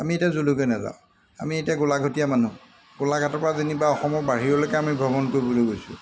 আমি এতিয়া য'লৈকে নাযাওঁ আমি এতিয়া গোলাঘটীয়া মানুহ গোলাঘাটৰপৰা যেনিবা অসমৰ বাহিৰলৈকে আমি ভ্ৰমণ কৰিবলৈ গৈছোঁ